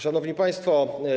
Szanowni Państwo!